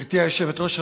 גברתי היושבת-ראש,